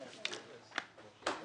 הבאת סיכום יפה,